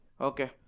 okay